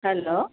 hello